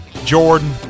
jordan